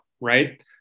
Right